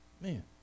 man